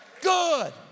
good